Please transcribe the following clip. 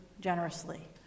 generously